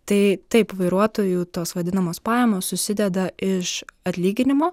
tai taip vairuotojų tos vadinamos pajamos susideda iš atlyginimo